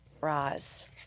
Roz